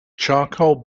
charcoal